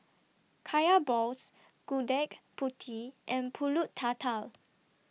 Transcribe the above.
Kaya Balls Gudeg Putih and Pulut Tatal